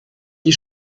die